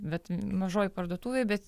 bet mažoj parduotuvėj bet